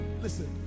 Listen